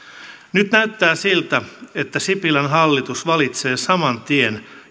nyt näyttää siltä että sipilän hallitus valitsee saman tien